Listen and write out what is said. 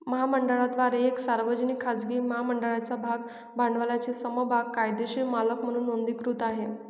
महामंडळाद्वारे एक सार्वजनिक, खाजगी महामंडळाच्या भाग भांडवलाचे समभाग कायदेशीर मालक म्हणून नोंदणीकृत आहे